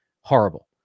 horrible